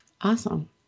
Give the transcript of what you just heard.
Awesome